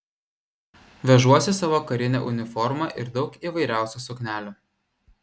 vežuosi savo karinę uniformą ir daug įvairiausių suknelių